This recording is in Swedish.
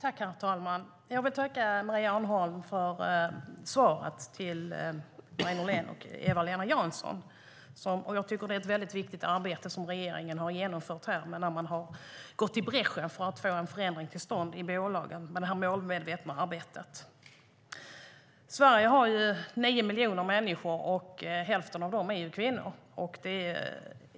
Herr talman! Jag tackar Maria Arnholm för svaret till Marie Nordén och Eva-Lena Jansson. Det är ett mycket viktigt arbete som regeringen har genomfört när man har gått i bräschen för att få en förändring till stånd i bolagen med detta målmedvetna arbete. Sverige har nio miljoner människor, och hälften av dem är kvinnor.